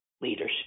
leadership